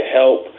help